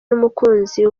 n’umukunzi